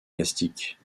élastiques